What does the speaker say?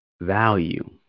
value